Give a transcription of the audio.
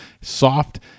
soft